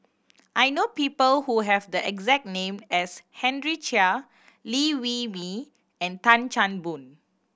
I know people who have the exact name as Henry Chia Liew Wee Mee and Tan Chan Boon